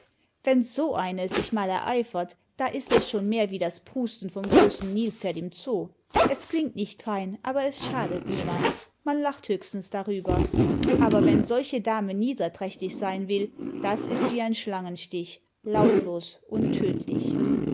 wenn so eine sich mal ereifert da ist es schon mehr wie das prusten vom großen nilpferd im zoo es klingt nicht fein aber es schadet niemand man lacht höchstens darüber aber wenn solche dame niederträchtig sein will das ist wie ein schlangenstich lautlos und